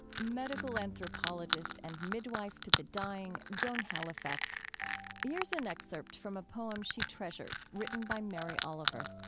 medical anthropologist and midwife to the dying joan halifax here's an excerpt from a poem she treasures written by mary oliver